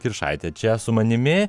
kiršaitė čia su manimi